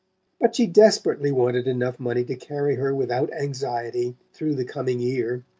but she desperately wanted enough money to carry her without anxiety through the coming year.